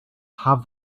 have